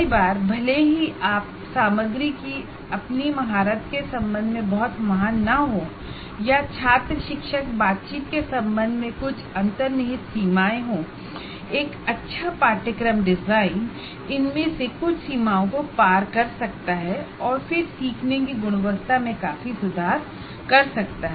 कई बार भले ही आपको अपने विषय में महारत न हों या टीचर स्टूडेंट इंटरेक्शन के संबंध में कुछ अंतर्निहित सीमाएं हों एक अच्छा पाठ्यक्रम डिजाइन इनमें से कुछ सीमाओं को पार कर सकता है और फिर सीखने की गुणवत्ता में काफी सुधार कर सकता है